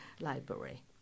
library